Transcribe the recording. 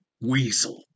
Weasel